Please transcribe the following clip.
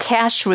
Cash